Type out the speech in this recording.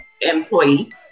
employee